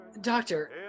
Doctor